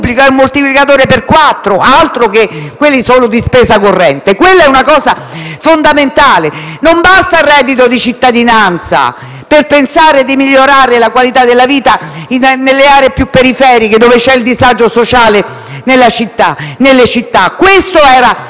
pubblico sia un moltiplicatore per quattro, altro che la spesa corrente! Quella è una cosa fondamentale. Non basta il reddito di cittadinanza per pensare di migliorare la qualità della vita nelle aree più periferiche delle città, dove c'è disagio sociale. Questo era